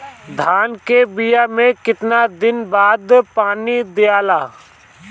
धान के बिया मे कितना दिन के बाद पानी दियाला?